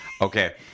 Okay